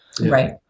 Right